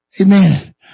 Amen